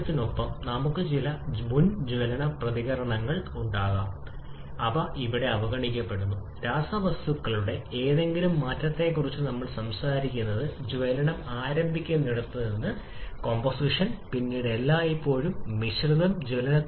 ഇപ്പോൾ വിപുലീകരണത്തെക്കുറിച്ച് പ്രോസസ്സ് വിപുലീകരണ പ്രക്രിയയിൽ നിർദ്ദിഷ്ടം സ്ഥിരമായി നിലനിൽക്കുന്നുവെങ്കിൽ നമ്മൾ അങ്ങനെ തന്നെ ആയിരിക്കും കുറച്ച് വരയുള്ളതിനാൽ ഞാൻ ശരിയായി വരയ്ക്കട്ടെ നിങ്ങളുടെ ലൈൻ ഇതുപോലെയാകും ഇവിടെ എവിടെയെങ്കിലും അവസാനിക്കുന്നത് നിങ്ങൾക്ക് പോയിന്റ് 4 'ഉം 4' 1 ഉം നൽകുന്നത് എക്സ്ഹോസ്റ്റ് പ്രക്രിയയാണ്